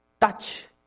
touch